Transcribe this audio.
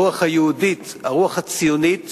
הרוח היהודית, הרוח הציונית